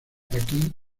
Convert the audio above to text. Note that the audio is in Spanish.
aquí